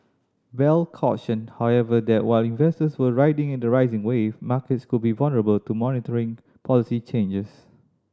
bell cautioned however that while investors were riding the rising wave markets could be vulnerable to monetary policy changes